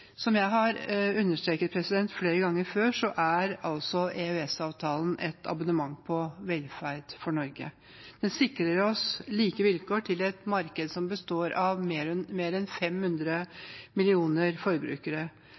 Som jeg har understreket flere ganger før, er EØS-avtalen et abonnement på velferd for Norge. Den sikrer oss like vilkår til et marked som består av flere enn